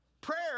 Prayer